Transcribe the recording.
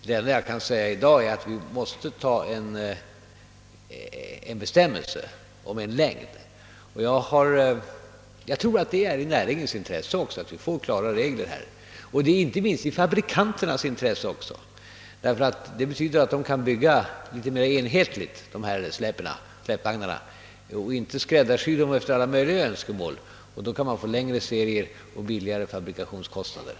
Det enda jag kan säga i dag är att vi måste ha en bestämmelse om en maximilängd. Jag tror att det också är i näringens intresse att vi får klara regler i detta avseende, inte minst i fabrikanternas, eftersom det betyder att de kan bygga släpvagnarna mera enhetligt i stället för att skräddarsy dem enligt alla möjliga önskemål. Därigenom kan de ju få längre serier och lägre tillverkningskostnader.